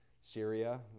Syria